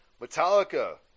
Metallica